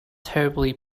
terribly